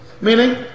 Meaning